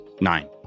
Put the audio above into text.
Nine